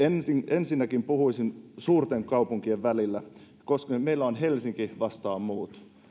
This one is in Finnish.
ensinnäkin puhuisin eroista suurten kaupunkien välillä meillä on helsinki vastaan muut